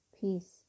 Peace